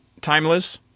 Timeless